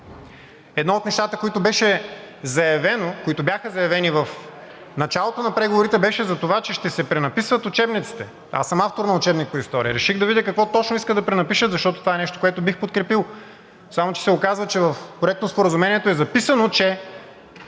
Едно от нещата, които бяха заявени в началото на преговорите, беше за това, че ще се пренаписват учебниците. Автор съм на учебник по история. Реших да видя какво точно искат да пренапишат, защото това е нещо, което бих подкрепил. Само че се оказа, че в проектоспоразумението е записано, че